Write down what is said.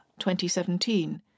2017